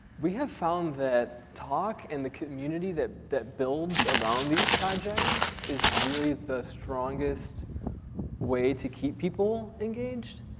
we have found that talk in the community that that builds around these projects is really the strongest way to keep people engaged.